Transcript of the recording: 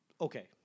Okay